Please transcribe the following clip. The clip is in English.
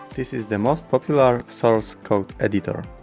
this is the most popular source code editor